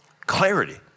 clarity